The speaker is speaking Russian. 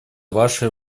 ваше